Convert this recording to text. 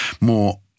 more